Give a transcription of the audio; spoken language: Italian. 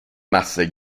masse